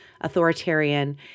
authoritarian